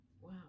Wow